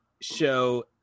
show